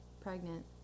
pregnant